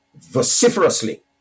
vociferously